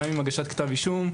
גם עם הגשת כתב אישום,